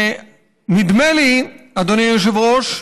ונדמה לי, אדוני היושב-ראש,